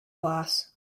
glass